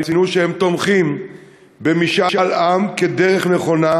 ציינו שהם תומכים במשאל עם כדרך נכונה